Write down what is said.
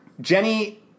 Jenny